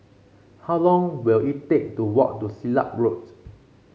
how long will it take to walk to Silat Road